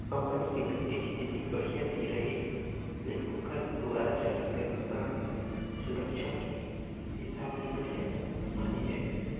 company के बित्तीय इस्थिति बड़िहा नइ रहें ले ओखर दुवारा जारी करल बांड ल सुरक्छा के हिसाब ले बढ़िया नइ माने जाए